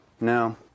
No